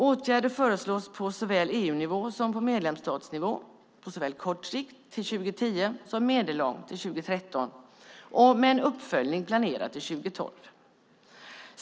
Åtgärder föreslås på såväl EU-nivå som medlemsstatsnivå på såväl kort sikt till 2010 som medellång sikt till 2013 och med en uppföljning planerad till 2012.